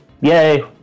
yay